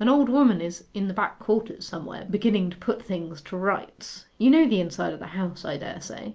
an old woman is in the back quarters somewhere, beginning to put things to rights. you know the inside of the house, i dare say